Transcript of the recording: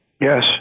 Yes